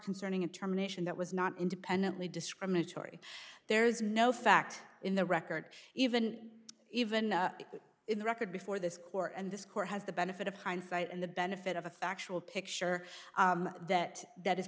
concerning a term nation that was not independently discriminatory they there's no fact in the record even even in the record before this war and this court has the benefit of hindsight and the benefit of a factual picture that that is